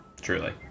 Truly